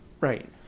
Right